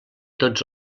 tots